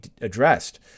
addressed